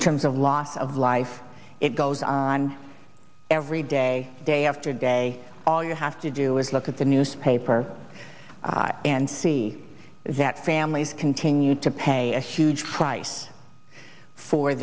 in terms of loss of life it goes on every day day after day all you have to do is look at the newspaper and see that families continue to pay a huge price for